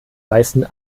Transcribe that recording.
meisten